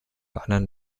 anderen